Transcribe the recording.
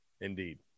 Indeed